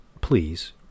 please